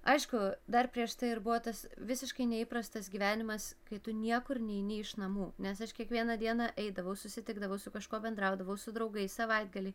aišku dar prieš tai ir buvo tas visiškai neįprastas gyvenimas kai tu niekur neini iš namų nes aš kiekvieną dieną eidavau susitikdavau su kažkuo bendraudavau su draugais savaitgaliai